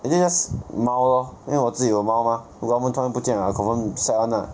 I think just 猫 lor 因为我自己有猫 mah 如果它们突然不见 right I confirm sad [one] lah